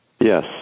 Yes